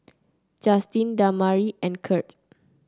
Justyn Damari and Kirt